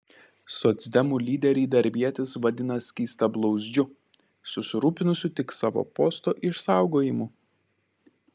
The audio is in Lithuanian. socdemų lyderį darbietis vadina skystablauzdžiu susirūpinusiu tik savo posto išsaugojimu